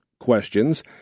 questions